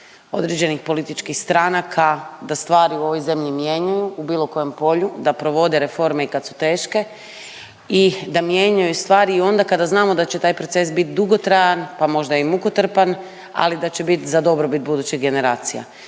određenih političkih stranaka da stvari u ovoj zemlji mijenjaju u bilo kojem polju, da provode reforme i kad su teške i da mijenjaju stvari i onda kada znamo da će taj proces bit dugotrajan, pa možda i mukotrpan, ali da će bit za dobrobit budućih generacija.